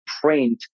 print